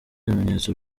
ibimenyetso